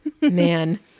Man